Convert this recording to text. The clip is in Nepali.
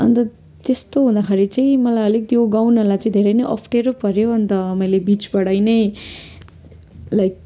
अन्त त्यस्तो हुँदाखेरि चाहिँ मलाई अलिक त्यो गाउनलाई चाहिँ धेरै अप्ठ्यारो पर्यो अन्त मैले बिचबाटै नै लाइक